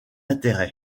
intérêt